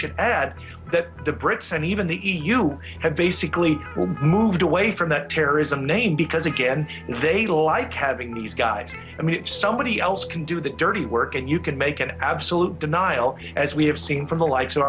should add that the brits and even the e u have basically moved away from that terrorism name because again they like having these guys i mean if somebody else can do the dirty work and you can make an absolute denial as we have seen from the li